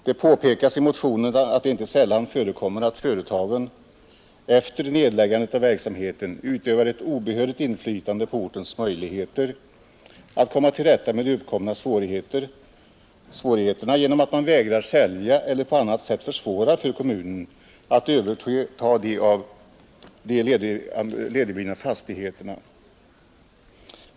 Det påpekas i motionen att det inte så sällan förekommer att företagen efter nedläggandet av verksamheten utövar ett obehörigt inflytande på ortens möjligheter att komma till rätta med de uppkomna svårigheterna genom att de vägrar att sälja eller på annat sätt försvårar för kommunen att överta de ledigblivna fastigheterna.